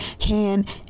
hand